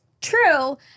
true